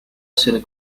essere